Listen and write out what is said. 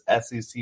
SEC